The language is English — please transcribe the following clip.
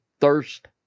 thirst